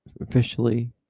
officially